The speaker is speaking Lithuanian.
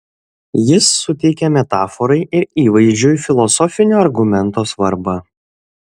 jis suteikė metaforai ir įvaizdžiui filosofinio argumento svarbą